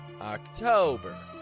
October